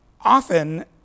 often